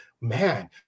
man